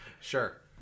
Sure